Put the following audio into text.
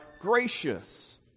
gracious